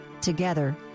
Together